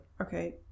Okay